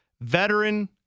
veteran